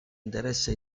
interesse